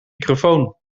microfoon